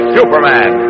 Superman